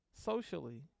socially